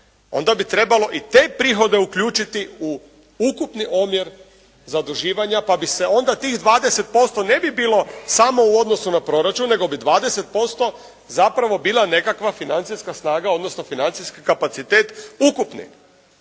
onda bi trebalo i te prihode uključiti u ukupni omjer zaduživanja, pa bi se onda tih 20% ne bi bilo samo u odnosu na proračun, nego bi 20% zapravo bila nekakva financijska snaga, odnosno financijski kapacitet ukupni.